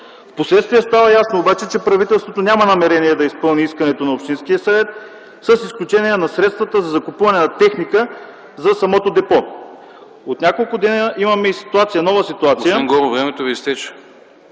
Впоследствие обаче става ясно, че правителството няма намерение да изпълни искането на общинския съвет, с изключение на средствата за закупуване на техника за самото депо. От няколко дена имаме нова ситуация.